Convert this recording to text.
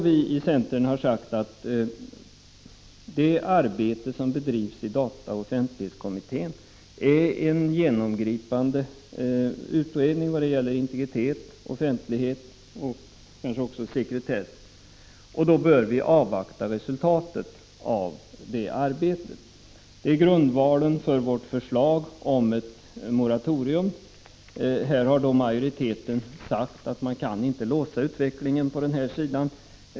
Viicentern har sagt att det arbete som bedrivs av dataoch offentlighetskommittén är en genomgripande utredning vad gäller integritet, offentlighet och kanske också sekretess och att vi bör avvakta resultatet av det arbetet. Det är grundvalen för vårt förslag om ett moratorium. Majoriteten menar att man inte kan låsa utvecklingen på den här sidan.